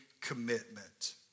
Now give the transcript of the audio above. commitment